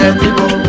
people